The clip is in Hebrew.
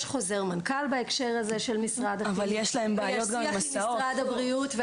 יש חוזר מנכ"ל בהקשר הזה של משרד החינוך ויש שיח עם משרד הבריאות.